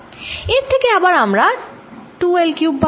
এর থেকে আবার আমরা 2 L কিউব পাবো